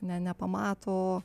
ne nepamato o